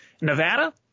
Nevada